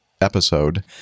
episode